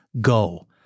go